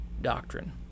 doctrine